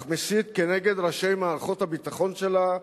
אך מסית נגד ראשי מערכות הביטחון שלה,